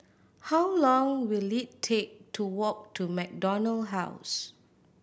how long will it take to walk to MacDonald House